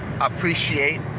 appreciate